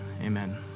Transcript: amen